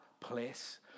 place